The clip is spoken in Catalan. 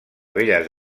belles